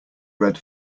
read